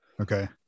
okay